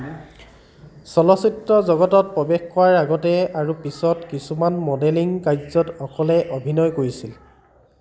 চলচ্চিত্ৰ জগতত প্ৰৱেশ কৰাৰ আগতে আৰু পিছত কিছুমান মডেলিং কাৰ্যত অকলে অভিনয় কৰিছিল